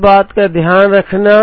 इस बात का ख्याल रखना